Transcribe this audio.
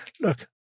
Look